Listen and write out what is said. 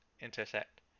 intersect